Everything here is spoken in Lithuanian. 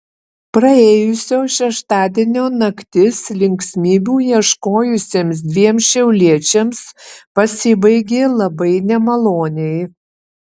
praėjusio šeštadienio naktis linksmybių ieškojusiems dviem šiauliečiams pasibaigė labai nemaloniai